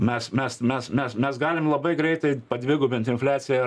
mes mes mes mes mes galim labai greitai padvigubint infliaciją